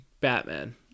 batman